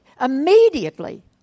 immediately